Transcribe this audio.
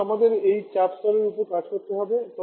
সুতরাং আমাদের এই চাপ স্তরের উপরে কাজ করতে হবে